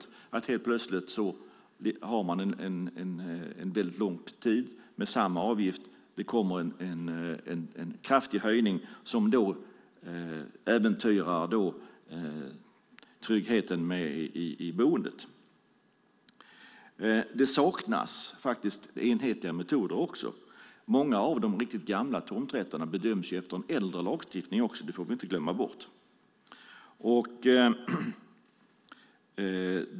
Man har samma avgift en väldigt lång tid, och helt plötsligt kommer det en kraftig höjning som äventyrar tryggheten i boendet. Det saknas också enhetliga metoder. Många av de riktigt gamla tomträtterna bedöms efter en äldre lagstiftning. Det får vi inte glömma bort.